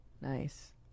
Nice